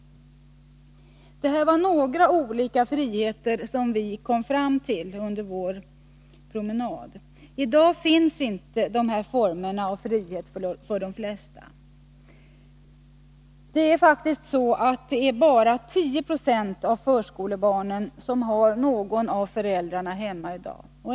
Detta var några olika friheter, som vi kom fram till under vår promenad. I dag finns inte dessa former av frihet för de flesta. Bara 10 920 av förskolebarnen har någon av föräldrarna hemma i dag.